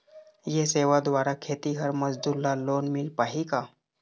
ये सेवा द्वारा खेतीहर मजदूर ला लोन मिल पाही का?